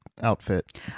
outfit